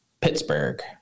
Pittsburgh